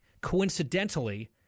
coincidentally